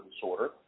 disorder